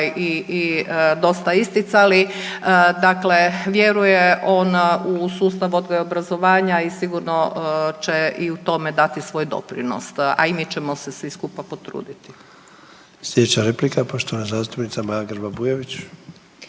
i dosta isticali. Dakle, vjeruje on u sustav odgoja i obrazovanja i sigurno će i u tome dati svoj doprinos, a i mi ćemo se svi skupa potruditi. **Sanader, Ante (HDZ)** Slijedeća replika poštovana zastupnica Maja Grba Bujević.